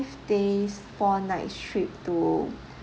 days four nights trip to